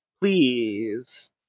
please